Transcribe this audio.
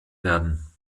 werden